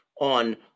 on